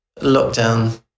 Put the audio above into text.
lockdown